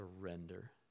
surrender